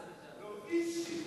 חס וחלילה.